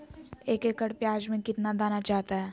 एक एकड़ प्याज में कितना दाना चाहता है?